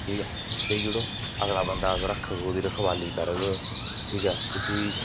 ठीक ऐ देई ओड़ो अगला बंदा अगर रक्खग ओह्दी रखवाली करग ठीक ऐ उसी